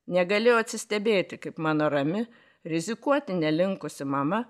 negalėjau atsistebėti kaip mano rami rizikuoti nelinkusi mama